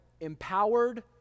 Empowered